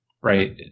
Right